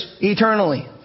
eternally